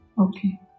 Okay